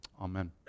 amen